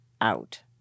out